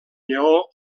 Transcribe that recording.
lleó